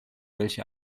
welche